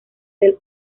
del